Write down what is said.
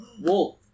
wolf